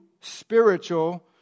Spiritual